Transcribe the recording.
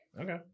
Okay